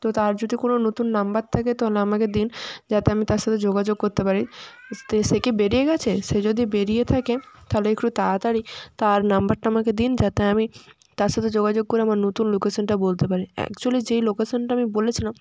তো তার যদি কোনো নতুন নাম্বার থাকে তোলা আমাকে দিন যাতে আমি তার সাথে যোগাযোগ করতে পারি তা সে কি বেড়িয়ে গেছে সে যদি বেড়িয়ে থাকে তালে একটু তাড়াতাড়ি তার নাম্বারটা আমাকে দিন যাতে আমি তার সাথে যোগাযোগ করে আমার নতুন লোকেশানটা বলতে পারি অ্যাকচুয়ালি যেই লোকেশানটা আমি বলেছিলাম